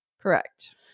Correct